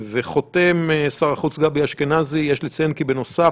וחותם שר החוץ גבי אשכנזי: "יש לציין כי בנוסף,